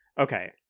Okay